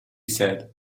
said